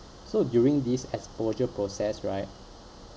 so during this exposure process right